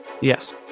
Yes